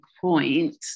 point